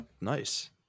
Nice